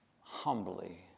humbly